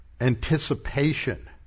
anticipation